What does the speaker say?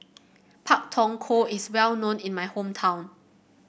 Pak Thong Ko is well known in my hometown